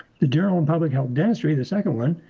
the daryl and public health dentistry, the second one,